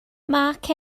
mark